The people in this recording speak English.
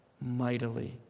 mightily